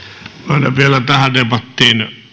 myönnän vielä tähän debattiin